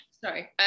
sorry